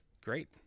great